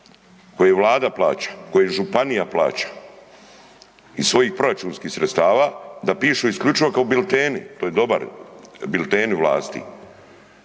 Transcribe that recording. koje vlada plaća, koje županija plaća iz svojih proračunskih sredstava, da pišu isključivo kao bilteni, to je dobar, bilteni vlasti.